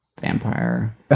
vampire